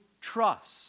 trust